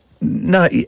No